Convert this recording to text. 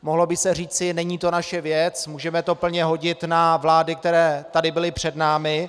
Mohlo by se říci není to naše věc, můžeme to plně hodit na vlády, které tady byly před námi.